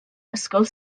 ysgol